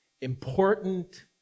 Important